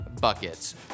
buckets